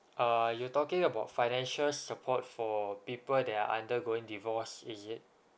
uh you're talking about financial support for people that are undergoing divorce is it